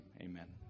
Amen